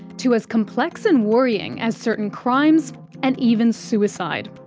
to as complex and worrying as certain crimes and even suicide.